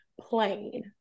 plain